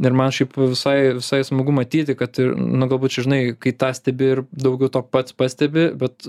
ir man šiaip visai visai smagu matyti kad ir nu galbūt čia žinai kai tą stebi ir daugiau to pats pastebi bet